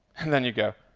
and then you go,